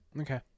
Okay